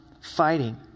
fighting